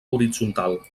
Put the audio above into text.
horitzontal